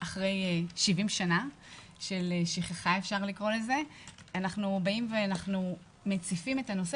אחרי 70 שנה של שכחה אנחנו מציפים את הנושא